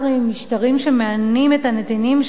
משטרים שמענים את הנתינים שלהם,